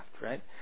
Right